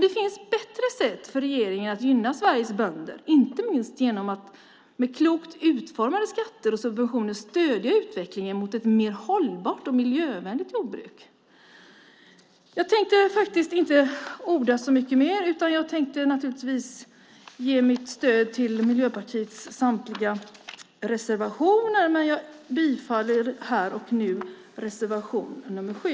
Det finns bättre sätt för regeringen att gynna Sveriges bönder, inte minst genom att med klokt utformade skatter och subventioner stödja utvecklingen i riktning mot ett mer hållbart och miljövänligt jordbruk. Jag tänkte inte orda så mycket mer, utan jag ger mitt stöd till Miljöpartiets samtliga reservationer och yrkar här och nu bifall till reservation nr 7.